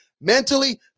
mentally